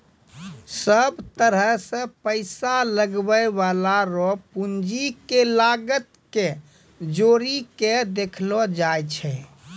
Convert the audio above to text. सब तरह से पैसा लगबै वाला रो पूंजी के लागत के जोड़ी के देखलो जाय छै